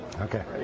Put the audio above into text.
Okay